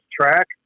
track